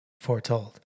foretold